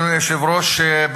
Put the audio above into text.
אדוני היושב-ראש,